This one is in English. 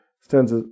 stands